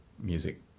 music